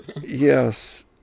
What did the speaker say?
Yes